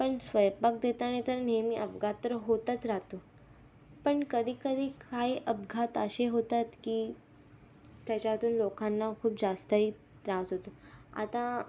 पण स्वैपाक देताना तर नेहमी अपघात तर होतच राहतो पण कधी कधी काही अपघात असे होतात की त्याच्यातून लोकांना खूप जास्तही त्रास होतो आता